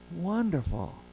Wonderful